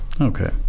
okay